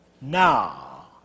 Now